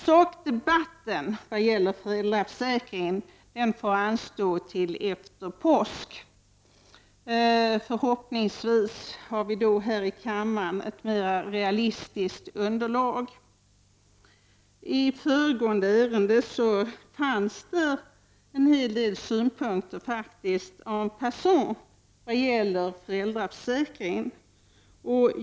Sakdebatten i vad gäller föräldraförsäkringen får anstå till efter påsk. Förhoppningsvis har vi då här i kammaren ett mera realistiskt underlag. När föregående ärende behandlades framkom faktiskt en hel del synpunkter en passant i fråga om föräldraförsäkringen.